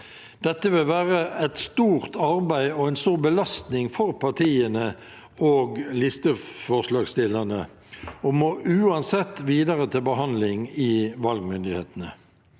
Dette vil være et stort arbeid og en stor belastning for partiene og listeforslagsstillerne og må uansett videre til behandling i valgmyndighetene.